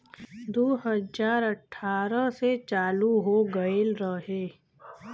दू हज़ार अठारह से चालू हो गएल रहे